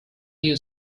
you